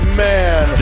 man